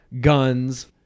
guns